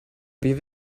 wir